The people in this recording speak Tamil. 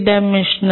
D 1 B